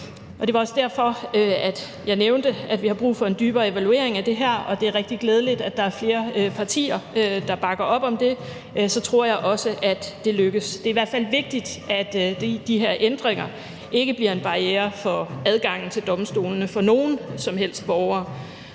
Det var også derfor, jeg nævnte, at vi har brug for en dybere evaluering af det her, og det er rigtig glædeligt, at der er flere partier, der bakker op om det. Så tror jeg også, at det lykkes. Det er i hvert fald vigtigt, at de her ændringer ikke bliver en barriere for adgangen til domstolene for nogen som helst borgere.